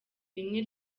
rimwe